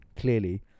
Clearly